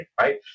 right